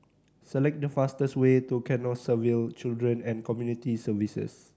select the fastest way to Canossaville Children and Community Services